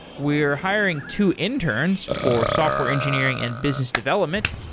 we're hiring two interns for software engineering and business development.